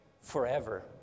forever